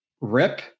rip